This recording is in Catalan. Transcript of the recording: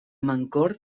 mancor